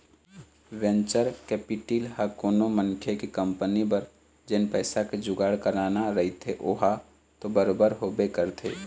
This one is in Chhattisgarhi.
वेंचर कैपेटिल ह कोनो मनखे के कंपनी बर जेन पइसा के जुगाड़ कराना रहिथे ओहा तो बरोबर होबे करथे